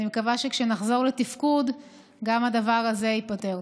ואני מקווה שכשנחזור לתפקוד גם הדבר הזה ייפתר.